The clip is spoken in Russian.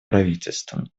правительством